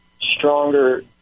stronger